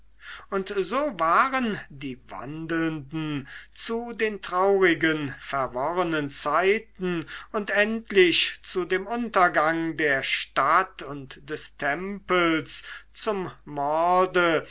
und so waren die wandelnden zu den traurigen verworrenen zeiten und endlich zu dem untergang der stadt und des tempels zum morde